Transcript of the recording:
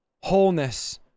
wholeness